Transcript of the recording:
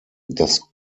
das